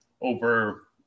over